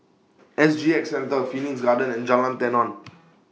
S G X Centre Phoenix Garden and Jalan Tenon